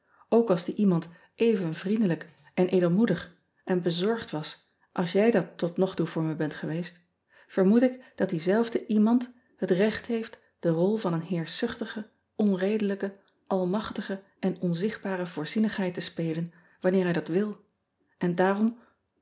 ook als die emand even vriendelijk ean ebster adertje angbeen en edelmoedig en bezorgd was als jij dat tot nog toe voor me bent geweest vermoed ik dat diezelfde emand het recht heeft de rol van een heerschzuchtige onredelijke salmachtige en onzichtbare oorzienigheid te spelen wanneer hij dat wil en daarom